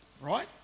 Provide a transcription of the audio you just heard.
right